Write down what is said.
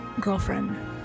girlfriend